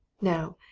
now,